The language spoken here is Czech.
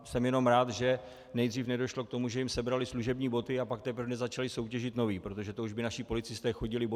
Jsem jenom rád, že nejdřív nedošlo k tomu, že jim sebrali služební boty, a pak teprve nezačali soutěžit nové, protože to už by naši policisté chodili bosí.